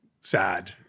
sad